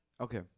okay